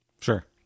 Sure